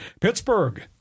Pittsburgh